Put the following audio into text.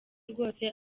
rwose